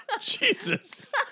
Jesus